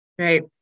Right